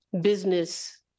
business